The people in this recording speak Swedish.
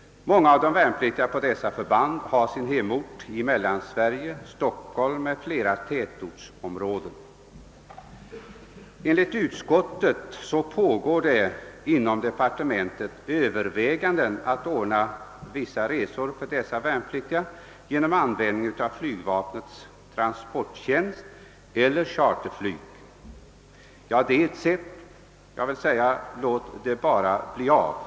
Många av de värnpliktiga på dessa förband har sitt hem i Mellansverige — i Stockholm eller i andra tätortsområden. Enligt utskottet pågår det inom departementet överväganden att ordna vissa resor för dessa värnpliktiga genom användning av flygvapnets transporttjänst eller charterflyg. Det är ett sätt att lösa problemen. Låt det bara bli av!